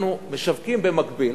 אנחנו משווקים במקביל,